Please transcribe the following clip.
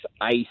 ice